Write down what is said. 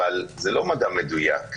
אבל זה לא מדע מדויק.